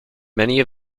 many